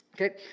okay